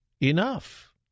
enough